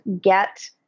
get